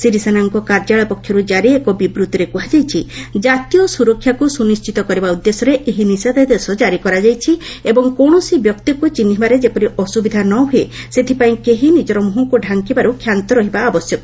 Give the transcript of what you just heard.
ସିରିସେନାଙ୍କ କାର୍ଯ୍ୟାଳୟ ପକ୍ଷରୁ କାରି ଏକ ବିବୃତ୍ତିରେ କୁହାଯାଇଛି କାତୀୟ ସୁରକ୍ଷାକୁ ସୁନିଛିତ କରିବା ଉଦ୍ଦେଶ୍ୟରେ ଏହି ନିଷେଧାଦେଶ ଜାରି କରାଯାଇଛି ଏବଂ କୌଣସି ବ୍ୟକ୍ତିକୁ ଚିହ୍ନିବାରେ ଯେପରି ଅସୁବିଧା ନ ହୁଏ ସେଥିପାଇଁ କେହି ନିଜର ମୁହଁକୁ ଡାଙ୍କିବାରୁ କ୍ଷାନ୍ତ ରହିବା ଆବଶ୍ୟକ